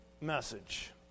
message